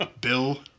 Bill